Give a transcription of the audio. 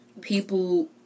people